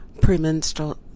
premenstrual